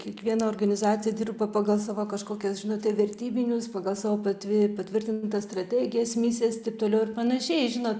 kiekviena organizacija dirba pagal savo kažkokias žinote vertybinius pagal savo patvi patvirtintas strategijas misijas taip toliau ir panašiai žinot